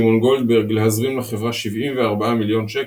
שמעון גולדברג, להזרים לחברה 74 מיליון שקל,